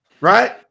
right